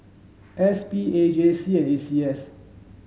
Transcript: S P A J C and A C S